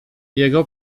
jego